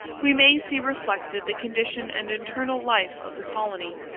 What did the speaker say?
we may see reflected the condition and internal life of the colony.